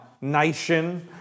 nation